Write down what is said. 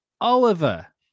Oliver